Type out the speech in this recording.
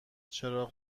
چراغ